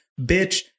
bitch